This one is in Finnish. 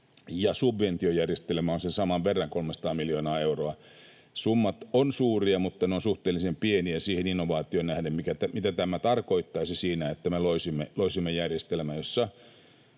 ja subventiojärjestelmä on sen saman verran, 300 miljoonaa euroa. Summat ovat suuria, mutta ne ovat suhteellisen pieniä siihen innovaatioon nähden, mitä tämä tarkoittaisi siinä, että me loisimme järjestelmän,